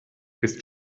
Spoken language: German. ist